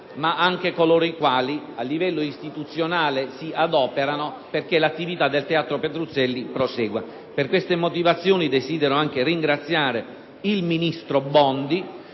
ma anche coloro i quali a livello istituzionale si adoperano perché l'attività del teatro Petruzzelli prosegua. Per queste motivazioni, desidero anche ringraziare il ministro Bondi